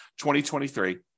2023